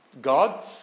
God